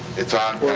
it's on.